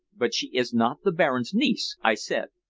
but she is not the baron's niece? i said.